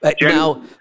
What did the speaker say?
Now